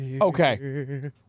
Okay